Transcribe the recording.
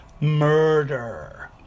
murder